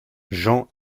jean